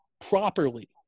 properly